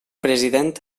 president